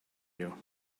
you